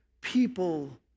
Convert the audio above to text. people